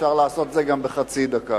אפשר לעשות את זה גם בחצי דקה.